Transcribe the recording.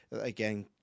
again